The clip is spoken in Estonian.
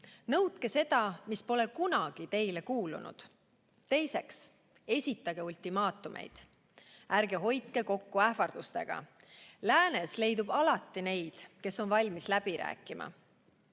Nõudke seda, mis pole kunagi teile kuulunud. Teiseks, esitage ultimaatumeid. Ärge hoidke kokku ähvardustega. Läänes leidub alati neid, kes on valmis läbi rääkima.